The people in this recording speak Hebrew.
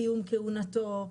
סיום כהונתו,